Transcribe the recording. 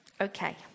Okay